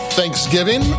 Thanksgiving